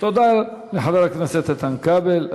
תודה לחבר הכנסת איתן כבל.